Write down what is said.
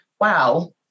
wow